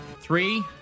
three